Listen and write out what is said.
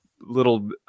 little